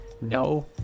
No